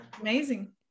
Amazing